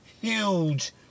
huge